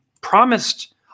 promised